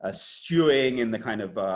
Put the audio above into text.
ah stewing in the kind of